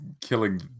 killing